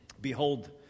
Behold